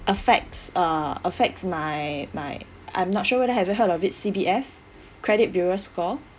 affects uh affects my my I'm not sure whether have you heard of it C_B_S credit bureau score